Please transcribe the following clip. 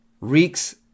reeks